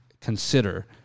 consider